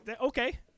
Okay